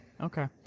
Okay